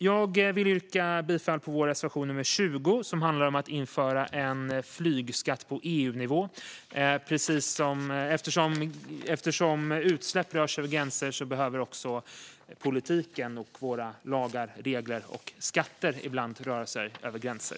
Jag vill yrka bifall till vår reservation nr 23, som handlar om att införa en flygskatt på EU-nivå. Eftersom utsläpp rör sig över gränser behöver också politiken och våra lagar, regler och skatter ibland röra sig över gränser.